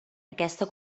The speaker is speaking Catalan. aquesta